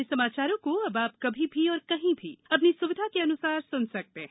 हमारे समाचारों को अब आप कभी भी और कहीं भी अपनी सुविधा के अनुसार सुन सकते हैं